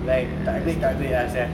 like takde takde ah sia